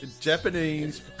Japanese